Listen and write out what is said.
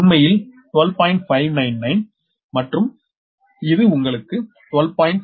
599 மற்றும் இது உங்களுக்கு 12